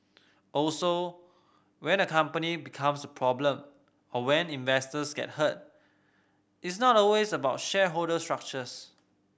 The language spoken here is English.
also when a company becomes a problem or when investors get hurt it's not always about shareholder structures